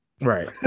Right